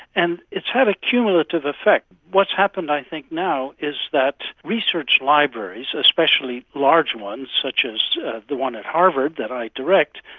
and it's had a cumulative effect. what's happened i think now is that research libraries, especially large ones such as the one at harvard that i direct,